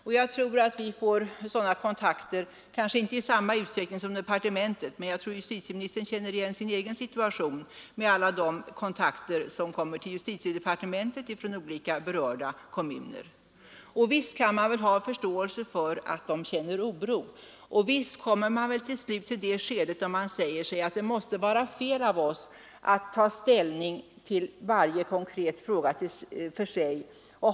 Även om vi kanske inte får sådana kontakter i samma utsträckning som departementet tror jag att justitieministern känner igen sin egen situation vid alla de kontakter som justitiedepartementet får med olika berörda kommuner. Och visst kan man ha förståelse för att de känner oro och visst kommer man väl till slut till det stadiet då man säger sig att det måste vara fel av oss att ta ställning till varje konkret fråga för sig.